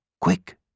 Quick